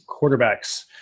Quarterbacks